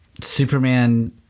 Superman